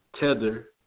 tether